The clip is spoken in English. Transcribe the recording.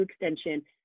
extension